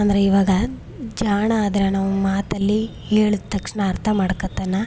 ಅಂದರೆ ಇವಾಗ ಜಾಣಾದ್ರೆ ನಾವು ಮಾತಲ್ಲಿ ಹೇಳಿದ ತಕ್ಷಣ ಅರ್ಥ ಮಾಡ್ಕತಾನ